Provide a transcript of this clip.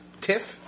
tiff